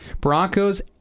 Broncos